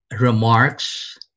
remarks